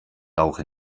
rauche